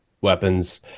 weapons